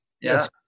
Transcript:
Yes